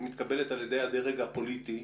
שמתקבלת על ידי הדרג הפוליטי,